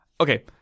Okay